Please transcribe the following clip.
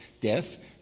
Death